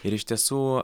ir iš tiesų